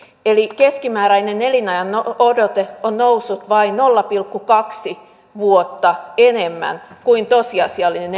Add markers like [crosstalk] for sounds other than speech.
eli keskimääräinen elinajanodote on noussut vain nolla pilkku kaksi vuotta enemmän kuin tosiasiallinen [unintelligible]